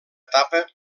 etapa